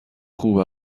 خوب